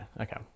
okay